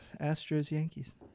Astros-Yankees